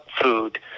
food